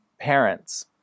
parents